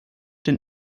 den